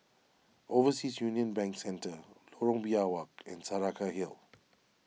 Overseas Union Bank Centre Lorong Biawak and Saraca Hill